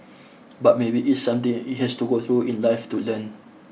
but maybe it's something it has to go through in life to learn